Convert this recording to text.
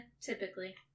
typically